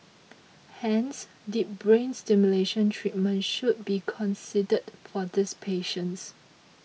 hence deep brain stimulation treatment should be considered for these patients